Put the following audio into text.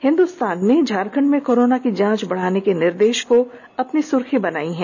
हिंदुस्तान ने झारखंड में कोरोना की जांच बढ़ाने का निर्देश की खबर को पहली सुर्खी बनाई है